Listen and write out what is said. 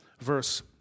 verse